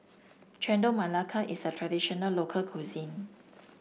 Chendol Melaka is a traditional local cuisine